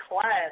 class